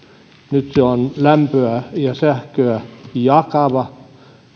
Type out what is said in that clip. nyt se on lämpöä ja sähköä jakava